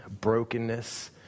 brokenness